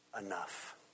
enough